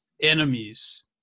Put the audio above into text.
enemies